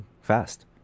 fast